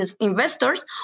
investors